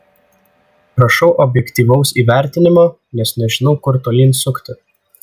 prašau objektyvaus įvertinimo nes nežinau kur tolyn sukti